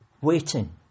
waiting